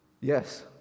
yes